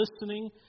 listening